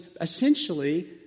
essentially